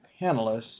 panelists